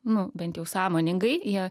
nu bent jau sąmoningai jie